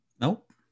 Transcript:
Nope